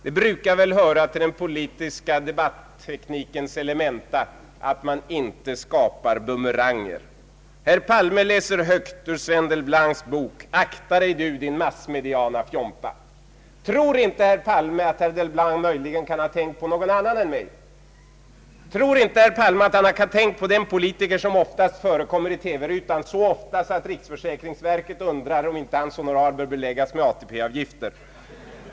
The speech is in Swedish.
Det brukar väl höra till den politiska debatteknikens elementa att man inte skapar bumeranger. Herr Palme läser högt ur Sven Delblancs bok: ”Akta dig du, din massmediala fjompa!” Tror inte herr Palme att Deiblanc möjligen har tänkt på någon annan politiker än mig? Tror inte herr Palme att han kan ha tänkt på den politiker som i TV-rutan förekommer så ofta att riksförsäkringsverket undrar, om inte hans honorar bör beläggas med ATP-avgift?